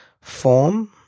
form